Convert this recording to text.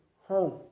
home